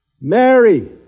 Mary